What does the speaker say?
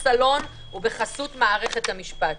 כלכלית וקוראת למדינות לאמץ הסדרים בתחום הזה.